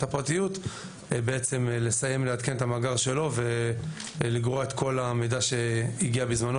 הפרטיות לסיים לעדכן את המאגר שלו ולגרוע את כל המידע שהגיע בזמנו,